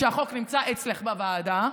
שהחוק נמצא אצלך בוועדה,